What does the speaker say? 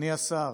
השר,